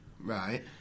Right